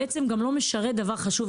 בעצם גם לא משרת דבר חשוב.